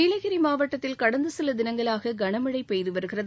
நீலகிரி மாவட்டத்தில் கடந்த சில தினங்களாக கனமழை பெய்து வருகிறது